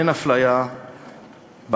אין אפליה בהקצאות